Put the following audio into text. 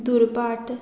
दुर्भाट